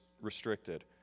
restricted